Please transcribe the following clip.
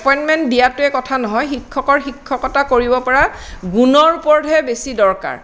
appointment দিয়াটোৱে কথা নহয় শিক্ষকৰ শিক্ষকতা কৰিব পৰা গুণৰ ওপৰতহে বেছি দৰকাৰ